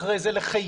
אחרי כן לחיפה,